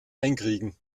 einkriegen